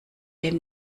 dem